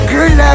Girl